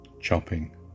chopping